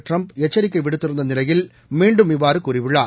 டிரம்ப்எச்சரிக்கைவிடுத்திருந்தநிலையில்மீண்டும்இவ்வாறுகூறியுள்ளார்